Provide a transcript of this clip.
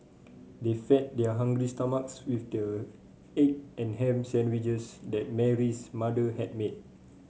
they fed their hungry stomachs with the egg and ham sandwiches that Mary's mother had made